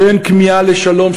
בין כמיהה לשלום,